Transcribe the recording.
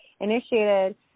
initiated